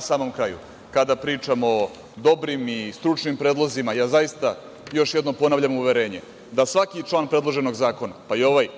samom kraju, kada pričamo o dobrim i stručnim predlozima, ja zaista još jednom ponavljam uverenje da svaki član predloženog zakona, pa i ovaj